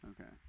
Okay